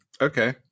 Okay